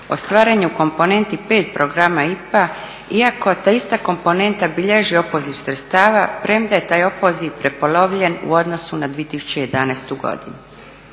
ostvaren je u komponenti pet Programa IPA iako ta ista komponenta bilježi opoziv sredstava premda je taj opoziv prepolovljen u odnosu na 2011. Ovdje